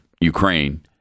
Ukraine